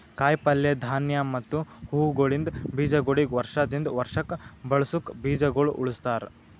ಕಾಯಿ ಪಲ್ಯ, ಧಾನ್ಯ ಮತ್ತ ಹೂವುಗೊಳಿಂದ್ ಬೀಜಗೊಳಿಗ್ ವರ್ಷ ದಿಂದ್ ವರ್ಷಕ್ ಬಳಸುಕ್ ಬೀಜಗೊಳ್ ಉಳುಸ್ತಾರ್